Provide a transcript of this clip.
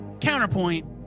Counterpoint